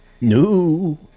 No